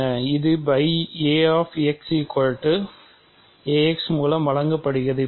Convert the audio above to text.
இது ax மூலம் வழங்கப்படுகிறது